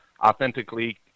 authentically